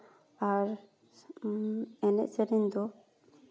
ᱟᱨ ᱮᱱᱮᱡ ᱥᱮᱨᱮᱧ ᱫᱚ